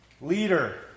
leader